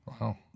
Wow